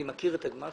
אני מכיר את הגמ"חים.